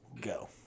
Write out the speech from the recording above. go